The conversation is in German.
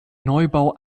neubau